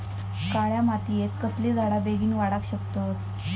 काळ्या मातयेत कसले झाडा बेगीन वाडाक शकतत?